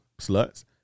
Sluts